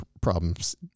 problems